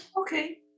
Okay